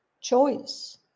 choice